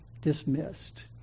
dismissed